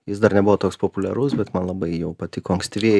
jis dar nebuvo toks populiarus bet man labai jau patiko ankstyvieji